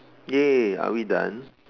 !yay! are we done